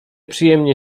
przyjemnie